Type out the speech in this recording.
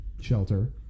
Shelter